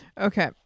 Okay